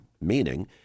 meaning